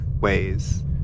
ways